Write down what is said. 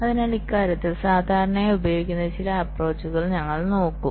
അതിനാൽ ഇക്കാര്യത്തിൽ സാധാരണയായി ഉപയോഗിക്കുന്ന ചില അപ്പ്രോച്ച്കൽ ഞങ്ങൾ നോക്കും